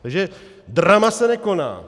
Takže drama se nekoná.